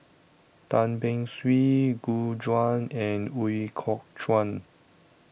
Tan Beng Swee Gu Juan and Ooi Kok Chuen